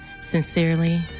Sincerely